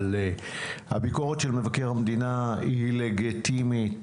אבל הביקורת של מבקר המדינה היא לגיטימית,